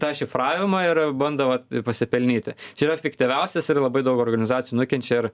tą šifravimą ir bando vat pasipelnyti čia yra efektyviausias ir labai daug organizacijų nukenčia ir